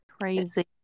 Crazy